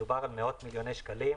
מדובר על מאות מיליוני שקלים.